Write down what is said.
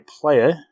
player